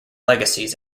legacies